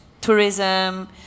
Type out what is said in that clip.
tourism